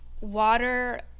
water